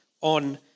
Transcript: on